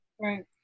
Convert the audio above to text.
Right